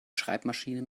schreibmaschine